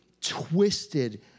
twisted